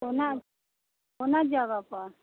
कोन कोन जगहपर